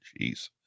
Jeez